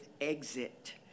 exit